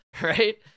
right